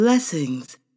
Blessings